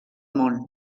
món